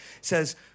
says